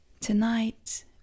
Tonight